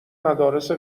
مدارس